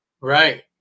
Right